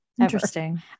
Interesting